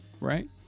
right